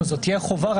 זו תהיה חובה.